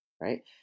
Right